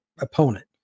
opponent